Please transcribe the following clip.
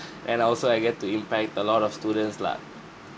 and also I get to impact a lot of students lah